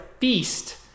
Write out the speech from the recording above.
Beast